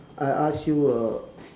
I ask you err